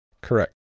correct